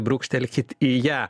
brūkštelkit į ją